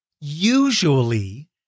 usually